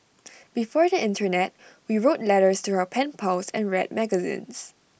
before the Internet we wrote letters to our pen pals and read magazines